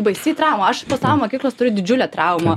baisi trauma aš po savo mokyklos turiu didžiulę traumą